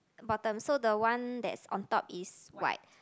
bottom so the one that's on top is white